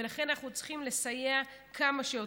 ולכן אנחנו צריכים לסייע כמה שיותר.